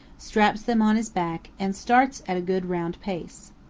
straps them on his back, and starts at a good round pace.